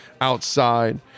outside